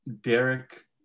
Derek